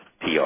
PR